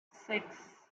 six